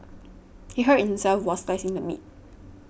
he hurt himself while slicing the meat